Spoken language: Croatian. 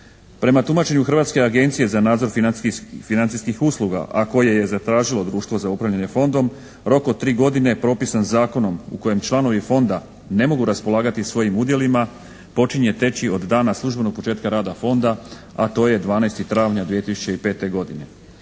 Prema tumačenju Hrvatske agencije za nadzor financijskih usluga, a koje je zatražilo društvo za upravljanje Fondom rok od 3 godine propisan zakonom u kojem članovi Fonda ne mogu raspolagati svojim udjelima počinje teći od dana službenog početka rada Fonda, a to je 12. travnja 2005. godine.